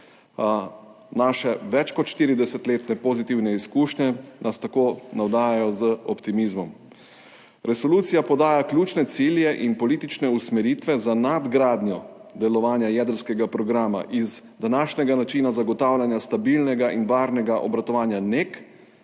Naše več kot 40-letne pozitivne izkušnje nas tako navdajajo z optimizmom. Resolucija podaja ključne cilje in politične usmeritve za nadgradnjo delovanja jedrskega programa iz današnjega načina zagotavljanja stabilnega in varnega obratovanja NEK